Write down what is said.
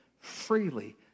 freely